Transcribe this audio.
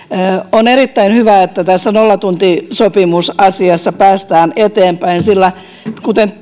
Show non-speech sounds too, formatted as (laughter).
on erittäin hyvä että tässä nollatuntisopimusasiassa päästään eteenpäin sillä kuten (unintelligible)